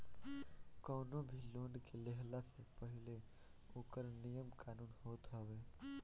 कवनो भी लोन के लेहला से पहिले ओकर नियम कानून होत हवे